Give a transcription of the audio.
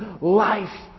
life